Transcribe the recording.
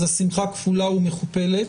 אז השמחה כפולה ומכופלת.